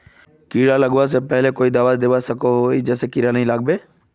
कीड़ा लगवा से पहले कोई दाबा दुबा सकोहो ही जहा से कीड़ा नी लागे?